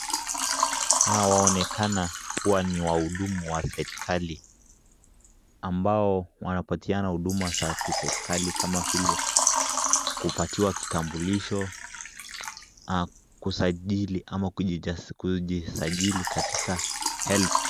Wanaonekana ni wahudumu wa serikali ambao wanapatiana huduma za kiserikali kama vile kupatiwa kitambulisho na kusajili ama kujisajili katika helb[cs[.